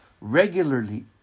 regularly